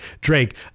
Drake